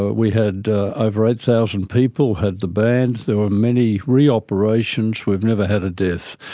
we had over eight thousand people had the band, there were many re-operations, we've never had a death.